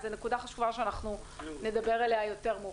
זו נקודה חשובה שנדבר עליה יותר מאוחר.